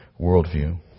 worldview